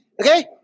Okay